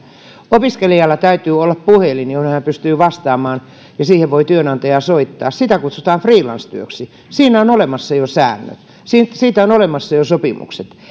opiskelijalla täytyy olla puhelin johon hän pystyy vastaamaan ja siihen voi työnantaja soittaa sitä kutsutaan freelance työksi siinä on jo olemassa säännöt siitä on jo olemassa sopimukset